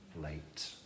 Late